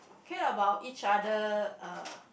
care about each other uh